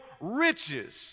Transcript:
riches